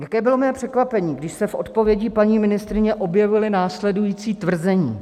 Jaké bylo mé překvapení, když se v odpovědi paní ministryně objevila následující tvrzení.